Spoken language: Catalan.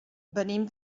venim